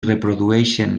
reprodueixen